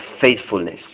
Faithfulness